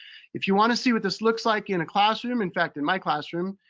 if you wanna see what this looks like in a classroom, in fact, in my classroom,